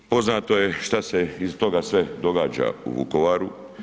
Poznato je što se iz toga sve događa u Vukovaru.